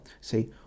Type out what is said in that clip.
Say